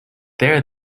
there